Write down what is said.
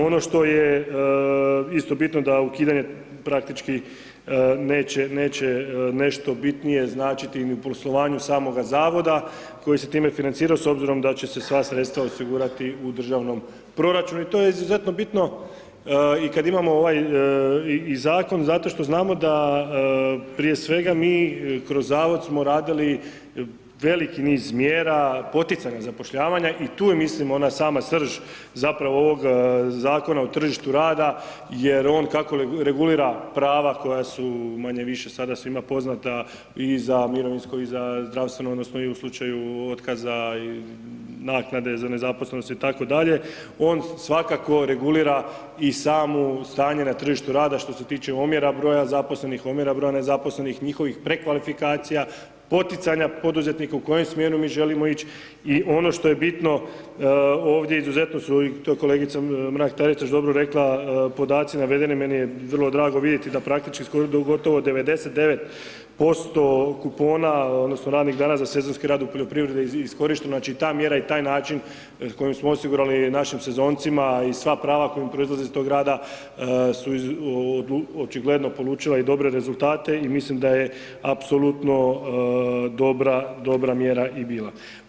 Ono što je isto bitno, da ukidanje praktički neće, neće nešto bitnije značiti ni u poslovanju samoga Zavoda koji se time financirao, s obzirom da će se sva sredstva osigurati u državnom proračunu, i to je izuzetno bitno, i kad imamo ovaj, i Zakon zato što znamo da prije svega mi kroz Zavod smo radili veliki niz mjera, poticanja zapošljavanja i tu je mislim ona sama srž zapravo ovog Zakona o tržištu rada, jer on kako regulira prava koja su manje više sada svima poznata, i za mirovinsko, i za zdravstveno odnosno i u slučaju otkaza, i naknade za nezaposlenost, i tako dalje, on svakako regulira i samo stanje na tržištu rada što se tiče omjera broja zaposlenih, omjera broja nezaposlenih, njihovih prekvalifikacija, poticanja poduzetnika u kojem smjeru mi želimo ići i ono što je bitno, ovdje izuzetno su, to je i kolegica Mrak-Taritaš dobro rekla, podaci navedeni, meni je vrlo drago vidjeti da praktički skoro gotovo 99% kupona odnosno radnih dana za sezonski rad u poljoprivredi iskorišteno, znači ta mjera i taj način kojim smo osigurali našim sezoncima i sva prava koja im proizlaze iz tog rada, su očigledno polučila i dobre rezultate i mislim da je apsolutno dobra, dobra mjera i bila.